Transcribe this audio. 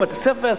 בתי-ספר,